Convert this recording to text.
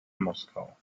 moskau